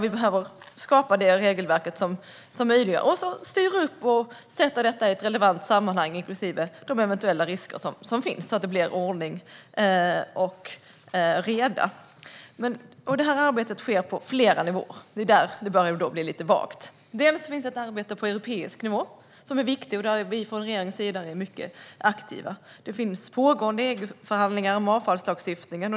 Vi behöver skapa ett regelverk som möjliggör detta, styra upp och sätta det i ett relevant sammanhang - inklusive de eventuella risker som finns - så att det blir ordning och reda. Det här arbetet sker på flera nivåer. Det är där det börjar bli lite vagt. Det finns ett arbete på europeisk nivå som är viktigt och där vi från regeringens sida är mycket aktiva. Det pågår EU-förhandlingar om avfallslagstiftningen.